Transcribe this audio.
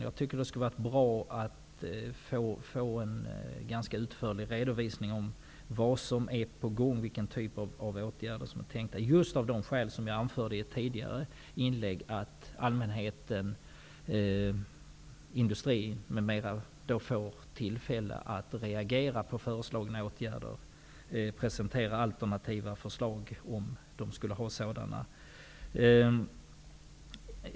Jag tycker att det skulle ha varit bra att få en ganska utförlig redovisning av vad som är på gång, vilken typ av åtgärder som är tänkta, just av det skäl som jag anförde i ett tidigare inlägg, att allmänheten, industrin m.fl. inte får tillfälle att reagera på föreslagna åtgärder och presentera alternativa förslag, om de skulle ha sådana.